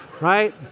right